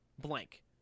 Blank